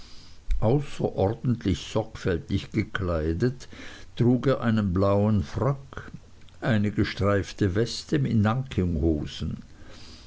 außerordentlich sorgfältig gekleidet trug er einen blauen frack eine gestreifte weste